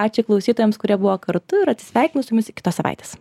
ačiū klausytojams kurie buvo kartu ir atsisveikinu su jumis iki kitos savaitės